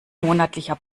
monatlicher